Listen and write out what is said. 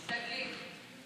משתדלים.